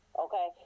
Okay